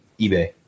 eBay